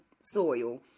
soil